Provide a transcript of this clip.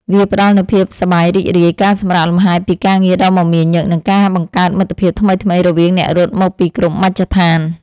វាផ្ដល់នូវភាពសប្បាយរីករាយ ការសម្រាកលម្ហែពីការងារដ៏មមាញឹក និងការបង្កើតមិត្តភាពថ្មីៗរវាងអ្នករត់មកពីគ្រប់មជ្ឈដ្ឋាន។